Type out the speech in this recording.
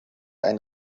einen